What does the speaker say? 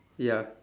ya